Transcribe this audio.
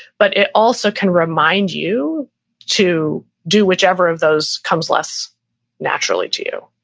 but it also can remind you to do whichever of those comes less naturally to you.